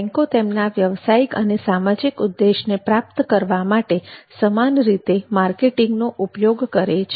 બેન્કો તેમના વ્યવસાયિક અને સામાજિક ઉદ્દેશ્યને પ્રાપ્ત કરવા માટે સમાન રીતે માર્કેટિંગ નો ઉપયોગ કરે છે